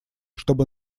чтобы